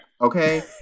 Okay